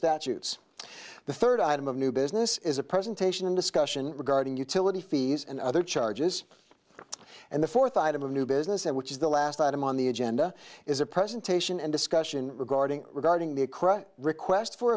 statutes the third item of new business is a presentation and discussion regarding utility fees and other charges and the fourth item of new business which is the last item on the agenda is a presentation and discussion regarding regarding the request for